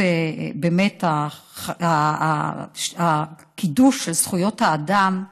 בזכות הקידוש של זכויות האדם,